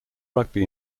rugby